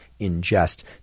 ingest